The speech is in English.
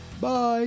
bye